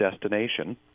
destination